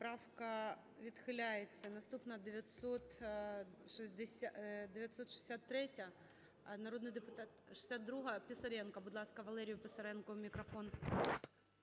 Поправка відхиляється. Наступна - 963-я, народний депутат… 62-а, Писаренко. Будь ласка, Валерію Писаренку мікрофон.